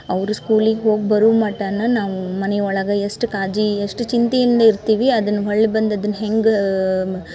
ಅವರು ಸ್ಕೂಲಿಗ ಹೋಗಿ ಬರುಮಟಾನ ನಾವು ಮನಿಯೊಳಗ ಎಷ್ಟು ಕಾಳಜಿ ಎಷ್ಟು ಚಿಂತಿಯಿಂದ ಇರ್ತಿವಿ ಅದನ್ನ ಹೊಳ್ಳಿ ಬಂದಿದನ ಹೆಂಗೆ